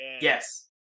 Yes